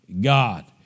God